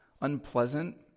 unpleasant